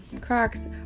Crocs